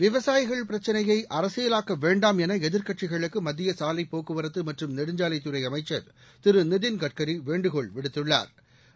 விவசாயிகள் பிரச்சினையை அரசியலாக்க வேண்டாம் என எதிர்கட்சிகளுக்கு மத்திய சாலைப் போக்குவரத்து மற்றும் நெடுஞ்சாலைத் துறை அமைச்சா் திரு நிதின் கட்கரி வேண்டுகோள் விடுத்துள்ளாா்